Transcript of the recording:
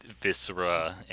viscera